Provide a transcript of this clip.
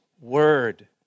word